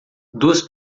duas